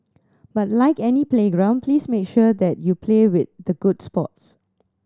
but like any playground please make sure that you play with the good sports